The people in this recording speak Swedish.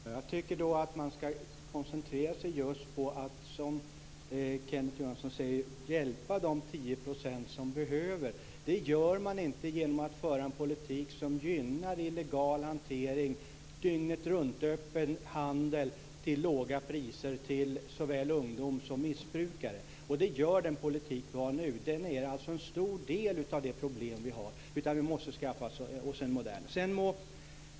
Fru talman! Jag tycker att man ska koncentrera sig just på att som Kenneth Johansson säger hjälpa de 10 % som behöver det. Det gör man inte genom att föra en politik som gynnar illegal hantering och dygnetruntöppen handel till låga priser till såväl ungdom som missbrukare. Det gör den politik vi har nu. Den är alltså en stor del av det problem vi har. Vi måste skaffa oss en modern politik.